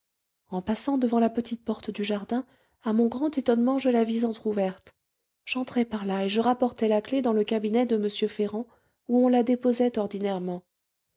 en passant devant la petite porte du jardin à mon grand étonnement je la vis entr'ouverte j'entrai par là et je rapportai la clef dans le cabinet de m ferrand où on la déposait ordinairement